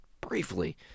briefly